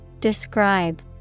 Describe